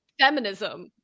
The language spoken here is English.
feminism